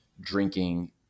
drinking